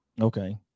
Okay